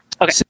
Okay